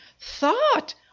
thought